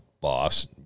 boss